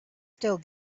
still